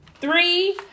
three